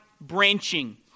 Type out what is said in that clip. branching